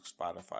spotify